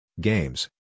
games